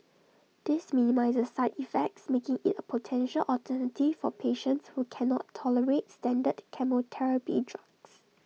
this minimises side effects making IT A potential alternative for patients who can not tolerate standard chemotherapy drugs